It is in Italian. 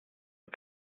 che